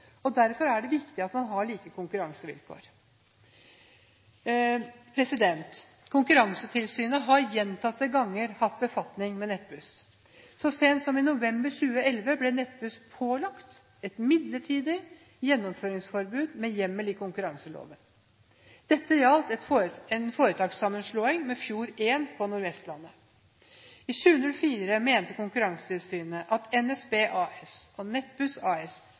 Derfor er det viktig at man har like konkurransevilkår. Konkurransetilsynet har gjentatte ganger hatt befatning med Nettbuss. Så sent som i november 2011 ble Nettbuss pålagt et midlertidig gjennomføringsforbud med hjemmel i konkurranseloven. Dette gjaldt en foretakssammenslåing med Fjord1 på Nord-Vestlandet. I 2004 mente Konkurransetilsynet at NSB AS og Nettbuss AS